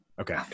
Okay